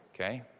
okay